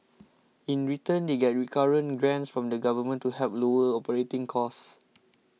in return they get recurrent grants from the Government to help lower operating costs